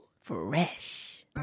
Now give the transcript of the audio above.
Fresh